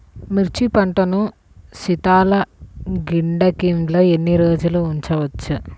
మిర్చి పంటను శీతల గిడ్డంగిలో ఎన్ని రోజులు ఉంచవచ్చు?